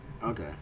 Okay